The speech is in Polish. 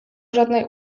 żadnej